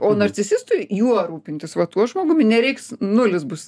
o narcisistui juo rūpintis va tuo žmogumi nereiks nulis bus